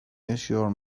yaşıyor